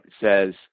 says